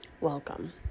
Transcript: Welcome